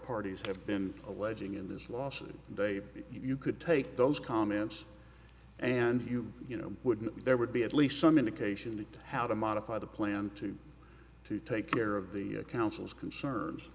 parties have been alleging in this lawsuit and they you could take those comments and you you know wouldn't be there would be at least some indication of how to modify the plan to to take care of the council's concerns